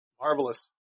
Marvelous